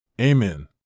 Amen